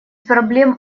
проблем